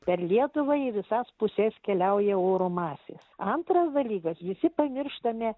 per lietuvą į visas puses keliauja oro masės antras dalykas visi pamirštame